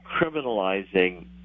criminalizing